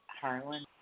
Harlan